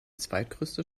zweitgrößte